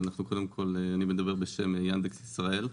אני מדבר בשם "יאנדקס ישראל".